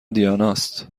دیاناست